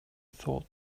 thought